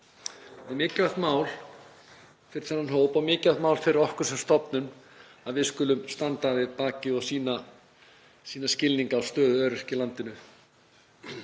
Þetta er mikilvægt mál fyrir þennan hóp og mikilvægt mál fyrir okkur sem stofnun að við skulum standa við bakið og sýna skilning á stöðu öryrkja í landinu.